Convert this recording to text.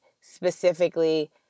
specifically